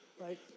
right